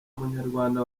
munyarwanda